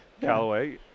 Callaway